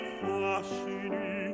fascini